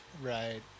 Right